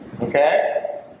Okay